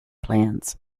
plans